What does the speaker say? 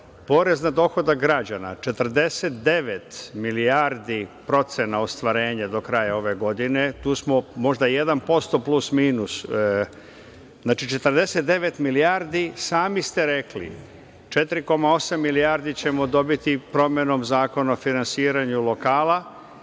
Porez na dohodak građana – 49 milijardi procena ostvarenja do kraja ove godine. Tu smo možda 1% plus-minus. Znači, 49 milijardi, sami ste rekli, 4,8 milijardi ćemo dobiti promenom Zakona o finansiranju lokala